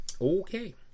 Okay